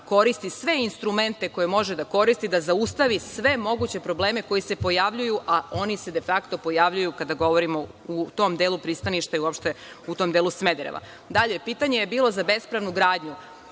koristi sve instrumente koje može da koristi da zaustavi sve moguće probleme koji se pojavljuju, a oni se de fakto pojavljuju kada govorimo u tom delu pristaništa i uopšte u tom delu Smedereva. Dalje, pitanje je bilo za bespravnu gradnju.